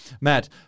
Matt